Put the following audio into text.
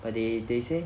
but they they say